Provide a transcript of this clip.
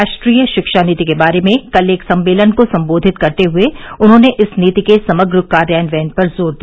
राष्ट्रीय शिक्षा नीति के बारे में कल एक सम्मेलन को संबोधित करते हुए उन्होंने इस नीति के समग्र कार्यान्वयन पर जोर दिया